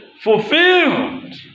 fulfilled